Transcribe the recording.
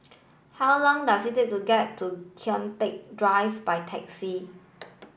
how long does it take to get to Kian Teck Drive by taxi